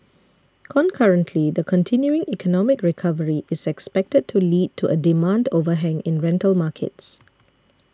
concurrently the continuing economic recovery is expected to lead to a demand overhang in rental markets